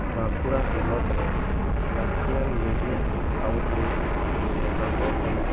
ᱵᱟᱸᱠᱩᱲᱟ ᱦᱚᱱᱚᱛ ᱨᱮ ᱞᱟ ᱠᱛᱤᱭᱟᱱ ᱢᱤᱰᱤᱭᱟ ᱟᱣᱩᱴᱞᱮᱴ ᱥᱮ ᱰᱚᱜᱚᱨ ᱨᱮᱭᱟᱜ